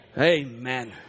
Amen